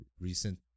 recent